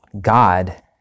God